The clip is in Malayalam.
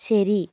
ശരി